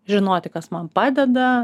žinoti kas man padeda